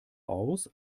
aus